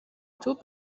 توپ